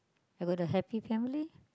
I got a happy family